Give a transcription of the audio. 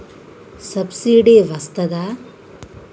Subsidy వస్తదా?